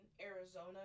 Arizona